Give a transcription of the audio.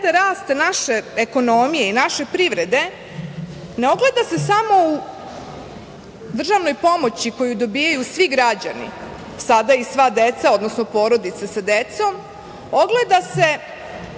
rasta naše ekonomije i naše privrede ne ogleda se samo u državnoj pomoći koju dobijaju svi građani, sada i sva deca, odnosno porodice sa decom, ogleda se